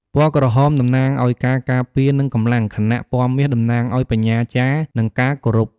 ពណ៌ក្រហមតំណាងឲ្យការការពារ និងកម្លាំង ខណៈពណ៌មាសតំណាងឲ្យបញ្ញាចារ្យ និងការគោរព។